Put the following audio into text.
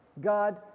God